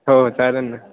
हो हो चालेल ना